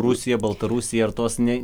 rusija baltarusija ar tos